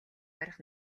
барих